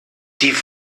die